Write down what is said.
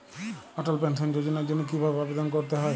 অটল pension যোজনার জন্য কি ভাবে আবেদন করতে হয়?